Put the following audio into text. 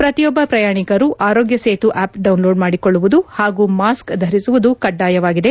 ಪ್ರತಿಯೊಬ್ಬ ಪ್ರಯಾಣಿಕರು Aarogya Setu app download ಮಾಡಿಕೊಳ್ಳುವುದು ಹಾಗೂ ಮಾಸ್ಕ್ ಧರಿಸುವುದು ಕಡ್ಡಾಯವಾಗಿದೆ